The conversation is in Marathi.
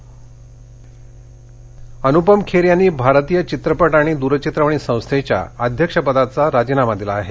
अनपम खेर राजीनामा अनुपम खेर यांनी भारतीय चित्रपट आणि दूरचित्रवाणी संस्थेच्या अध्यक्षपदाचा राजीनामा दिला आहे